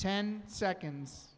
ten seconds